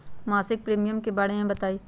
मासिक प्रीमियम के बारे मे बताई?